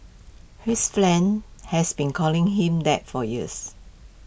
his friends has been calling him that for years